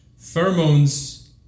pheromones